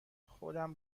خودم